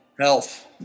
health